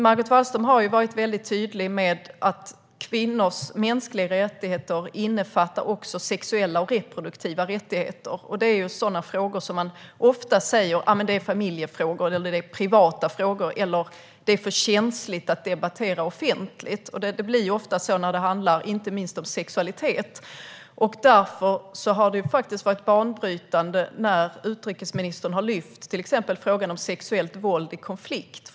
Margot Wallström har varit mycket tydlig med att kvinnors mänskliga rättigheter också innefattar sexuella och reproduktiva rättigheter. Det är sådana frågor som man ofta säger är familjefrågor, privata frågor eller frågor som är för känsliga att debattera offentligt. Det blir ofta så när det handlar inte minst om sexualitet. Därför har det faktiskt varit banbrytande när utrikesministern har lyft fram till exempel frågan om sexuellt våld i konflikter.